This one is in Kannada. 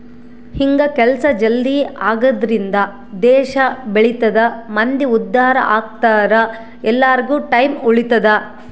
ಹಿಂಗ ಕೆಲ್ಸ ಜಲ್ದೀ ಆಗದ್ರಿಂದ ದೇಶ ಬೆಳಿತದ ಮಂದಿ ಉದ್ದಾರ ಅಗ್ತರ ಎಲ್ಲಾರ್ಗು ಟೈಮ್ ಉಳಿತದ